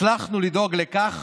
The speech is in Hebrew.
הצלחנו לדאוג לכך